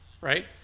right